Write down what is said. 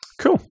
Cool